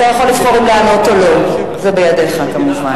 אתה יכול לבחור אם לענות או לא, זה בידיך כמובן.